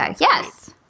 Yes